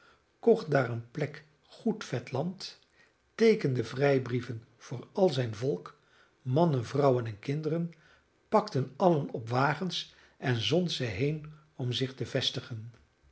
kocht daar een plek goed vet land teekende vrijbrieven voor al zijn volk mannen vrouwen en kinderen pakte allen op wagens en zond ze heen om zich te vestigen